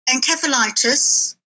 encephalitis